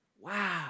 Wow